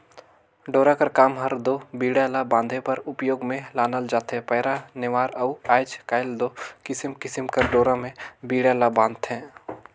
डोरा कर काम हर दो बीड़ा ला बांधे बर उपियोग मे लानल जाथे पैरा, नेवार अउ आएज काएल दो किसिम किसिम कर डोरा मे बीड़ा ल बांधथे